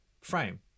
frame